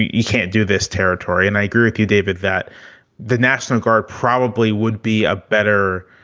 you can't do this territory. and i agree with you, david, that the national guard probably would be a better